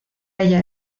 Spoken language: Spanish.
haya